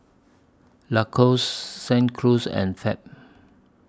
Lacoste Cruz and Fab